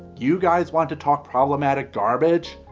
you guys want to talk problematic garbage?